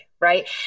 right